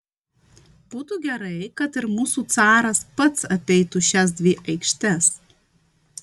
būtų gerai kad ir mūsų caras pats apeitų šias dvi aikštes